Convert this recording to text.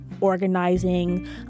organizing